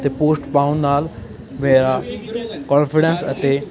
ਅਤੇ ਪੋਸਟ ਪਾਉਣ ਨਾਲ ਮੇਰਾ ਕੌਨਫੀਡੈਂਸ ਅਤੇ